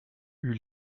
eut